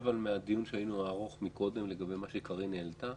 ואם היו כמה סיעות שבהן מספר שווה של חברים שנמנו עם רשימת המועמדים,